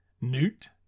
Newt